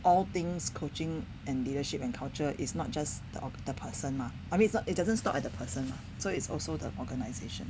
all things coaching and leadership and culture is not just the the person mah I mean it doesn't stop at the person lah so it's also the organisation